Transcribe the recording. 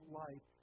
life